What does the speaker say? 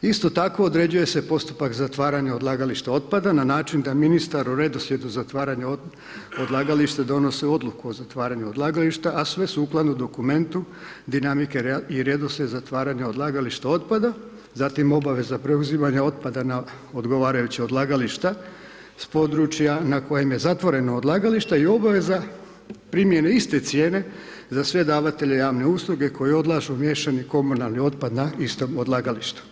Isto tako, određuje se postupak zatvaranja odlagališta otpada na način da ministar u redoslijedu zatvaranja odlagališta donosi odluku o zatvaranju odlagališta, a sve sukladno dokumentu dinamike i redoslijed zatvaranja odlagališta otpada, zatim obveza preuzimanja otpada na odgovarajuća odlagališta s područja na kojem je zatvoreno odlagalište i obveza primjene iste cijene za sve davatelje javne usluge koji odlažu miješani komunalni otpad na istom odlagalištu.